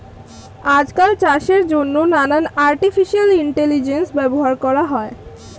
আজকাল চাষের জন্যে নানান আর্টিফিশিয়াল ইন্টেলিজেন্স ব্যবহার করা হয়